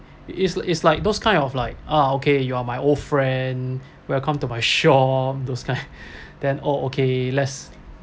it's it's like those kind of like ah okay you are my old friend welcome to my shop those kind then oh okay let's